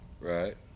Right